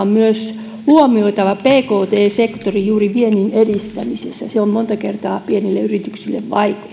myös huomioitava pkt sektori juuri viennin edistämisessä se on monta kertaa pienille yrityksille